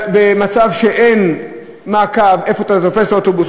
במצב שאין מעקב איפה אתה תופס אוטובוס,